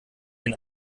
den